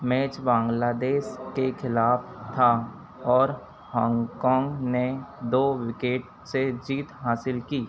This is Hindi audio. मैच बांग्लादेश के खिलाफ था और हॉन्गकॉन्ग ने दो विकेट से जीत हासिल की